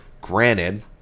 granted